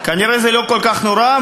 כנראה זה לא כל כך נורא.